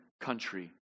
country